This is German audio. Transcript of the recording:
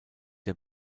der